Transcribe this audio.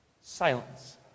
silence